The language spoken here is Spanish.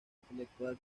intelectual